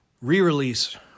re-release